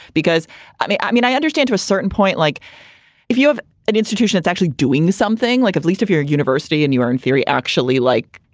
because i mean i mean, i understand to a certain point, like if you have an institution, it's actually doing something like at least of your university. and you are in theory, actually like,